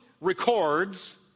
records